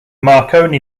marconi